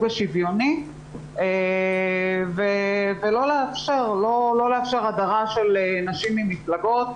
השוויוני ולא לאפשר הדרה של נשים ממפלגות.